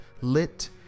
lit